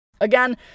Again